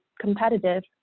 competitive